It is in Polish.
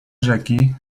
rzeki